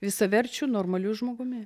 visaverčiu normaliu žmogumi